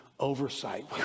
oversight